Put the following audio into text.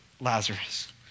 Lazarus